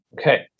Okay